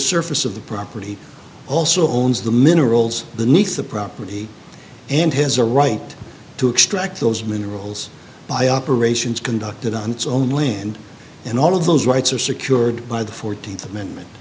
surface of the property also owns the minerals the next the property and his a right to extract those minerals by operations conducted on its own land and all of those rights are secured by the fourteenth amendment